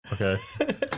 Okay